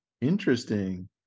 Interesting